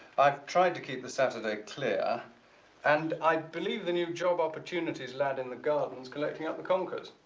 i've tried to keep the saturday clear and i believe the new job opportunities lad in the gardens collecting up the conkers.